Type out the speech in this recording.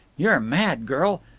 you are mad, girl!